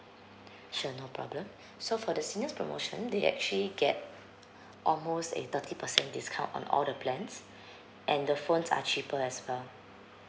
sure no problem so for the seniors promotion they actually get almost a thirty percent discount on all the plans and the phones are cheaper as well